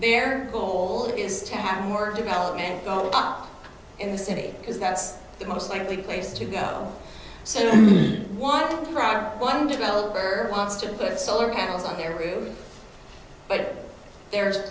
their goal is to have more development go up in the city because that's the most likely place to go so one driver one developer wants to put solar panels on their roof but there's